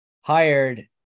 hired